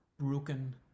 broken